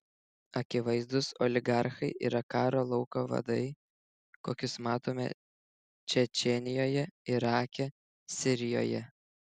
akivaizdūs oligarchai yra karo lauko vadai kokius matome čečėnijoje irake sirijoje